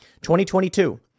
2022